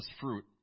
fruit